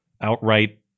outright